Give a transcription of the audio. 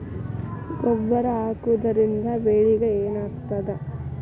ಗೊಬ್ಬರ ಹಾಕುವುದರಿಂದ ಬೆಳಿಗ ಏನಾಗ್ತದ?